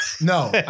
No